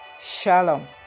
Shalom